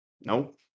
Nope